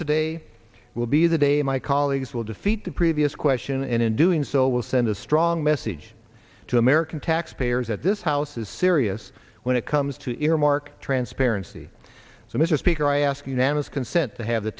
today will be the day my colleagues will defeat the previous question and in doing so will send a strong message to american taxpayers that this house is serious when it comes to earmark transparency so mr speaker i ask unanimous consent to have the